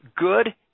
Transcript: good